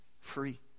free